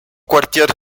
quartier